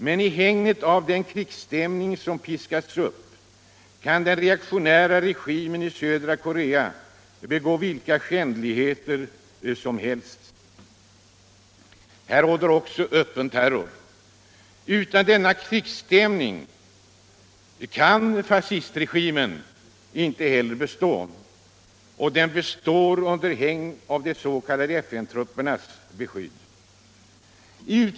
Men i hägnet av den krigsstämning som piskas upp kan den reaktionära regimen i södra Korcea begå vilka skändligheter som helst. Här råder också öppen terror. Utan denna skräckstämning kan fascistregimen inte bestå. och den består under hägn av de s.k. FN-truppernas beskydd.